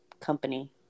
company